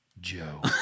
Joe